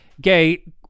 gay